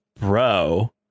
bro